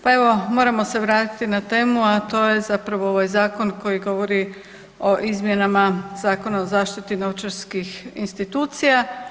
Pa evo, moramo se vratiti na temu, a to je zapravo ovaj zakon koji govori o izmjenama Zakona o zaštiti novčarskih institucija.